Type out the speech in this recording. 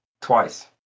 twice